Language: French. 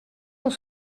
sont